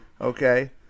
okay